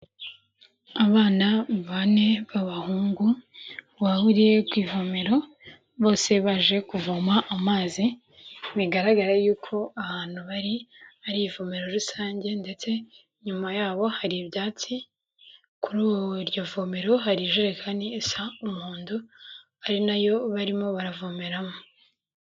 Abana bane b'abahungu bahuriye ku ivomero, bose baje kuvoma amazi, bigaragara yuko ahantu bari ari ivomero rusange, ndetse inyuma yabo hari ibyatsi, kuri iryo vomero hari ijerekani isa umuhondo, ari nayo barimo baravomeramo.